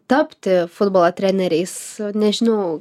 tapti futbolo treneriais nežinau